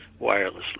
wirelessly